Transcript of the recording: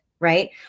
right